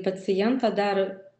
pacientą dar